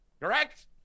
Correct